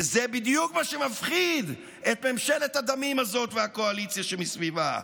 וזה בדיוק מה שמפחיד את ממשלת הדמים הזאת והקואליציה שמסביבה,